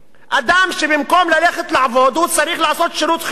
אדם שבמקום ללכת לעבוד צריך ללכת לעשות שירות חינם.